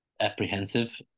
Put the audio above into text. apprehensive